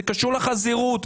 זה קשור לחזירות.